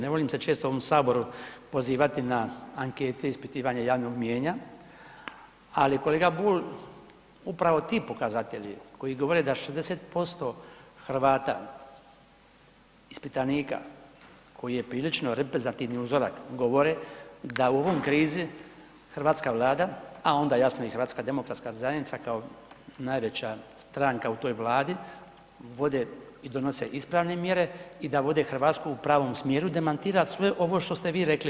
Ne volim se često u ovom saboru pozivati na ankete i ispitivanja javnog mijenja, ali kolega Bulj upravo ti pokazatelji koji govore da 60% Hrvata, ispitanika koji je prilično reprezentativan uzorak govore da u ovom krizi hrvatska Vlada, a onda jasno i HDZ kao najveća stranka u toj Vladi, vode i donose ispravne mjere i da vode Hrvatsku u pravom smjeru, demantira sve ovo što ste vi rekli.